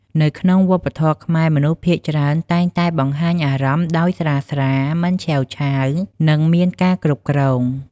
នៅក្នុងវប្បធម៌ខ្មែរ មនុស្សភាគច្រើនតែងតែបង្ហាញអារម្មណ៍ដោយស្រាលៗ មិនឆេវឆាវ និងមានការគ្រប់គ្រង។